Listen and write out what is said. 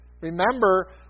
Remember